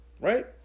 Right